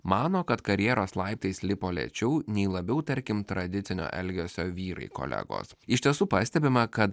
mano kad karjeros laiptais lipo lėčiau nei labiau tarkim tradicinio elgesio vyrai kolegos iš tiesų pastebima kad